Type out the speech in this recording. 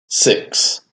six